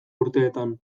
urteetan